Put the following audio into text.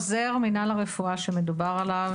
חוזר מינהל הרפואה שמדובר עליו,